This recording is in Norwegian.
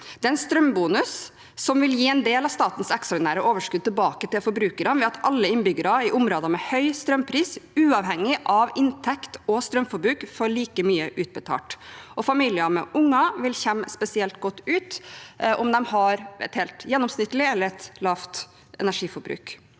Det er en strømbonus, som vil gi en del av statens ekstraordinære overskudd tilbake til forbrukerne ved at alle innbyggere i områder med høy strømpris, uavhengig av inntekt og strømforbruk, får like mye utbetalt. Familier med unger vil komme spesielt godt ut om de har et helt gjennomsnittlig eller et lavt energiforbruk.